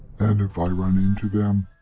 and if i run into them?